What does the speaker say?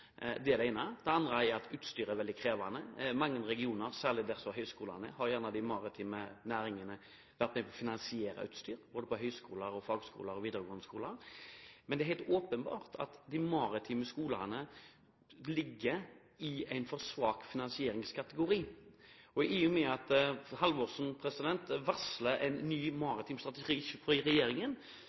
det ene. Det andre er at utstyret er veldig krevende. I mange regioner, særlig der hvor høgskolene er, har gjerne de maritime næringene vært med på å finansiere utstyr på høgskoler, fagskoler og videregående skoler. Det er helt åpenbart at de maritime skolene ligger i en for svak finansieringskategori. I og med at Halvorsen varsler en ny maritim strategi fra regjeringen,